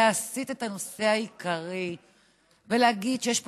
להסיט את הנושא העיקרי ולהגיד שיש פה